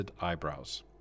eyebrows